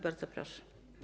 Bardzo proszę.